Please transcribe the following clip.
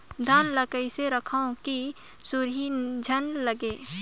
धान ल कइसे रखव कि सुरही झन लगे?